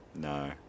No